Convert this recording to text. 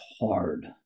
hard